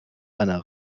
einer